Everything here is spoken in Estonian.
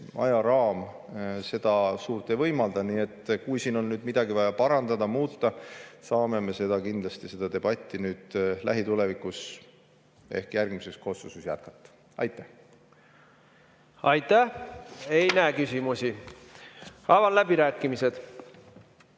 ajaraam seda suurt ei võimalda. Nii et kui siin on midagi vaja parandada-muuta, siis me kindlasti saame seda debatti lähitulevikus ehk järgmises koosseisus jätkata. Aitäh! Aitäh! Ei näe küsimusi. Avan läbirääkimised.